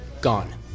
gone